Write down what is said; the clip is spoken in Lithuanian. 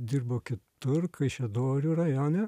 dirbo kitur kaišiadorių rajone